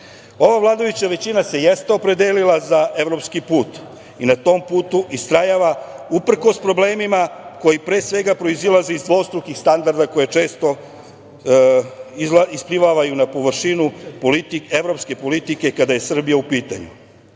Ova vladajuća većina se jeste opredelila za evropski put i na tom putu istrajava uprkos problemima koji pre svega proizilaze iz dvostrukih standarda koji često isplivavaju na površinu evropske politike kada je Srbija u pitanju. Evropski